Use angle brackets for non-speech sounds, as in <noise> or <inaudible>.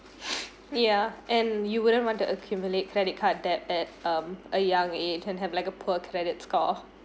<breath> ya and you wouldn't want to accumulate credit card debt at um a young age and have like a poor credit score